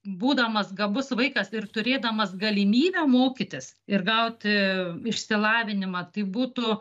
būdamas gabus vaikas ir turėdamas galimybę mokytis ir gauti išsilavinimą tai būtų